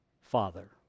Father